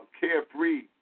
carefree